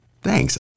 Thanks